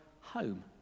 home